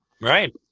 Right